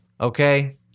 okay